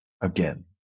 again